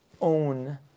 own